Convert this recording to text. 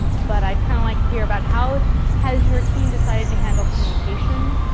um but i'd kind of like to hear about how has your team decided to handle communication.